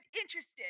interested